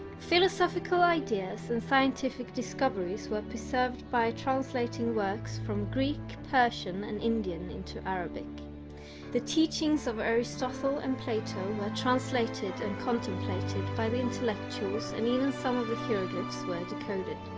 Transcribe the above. philosophical ideas and scientific discoveries were preserved by translating works from greek persian and indian into arabic the teachings of aristotle and plato were translated and contemplated by the intellectuals even some of the feared lives were depended